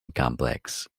complex